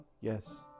Yes